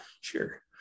sure